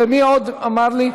מי עוד אמר לי?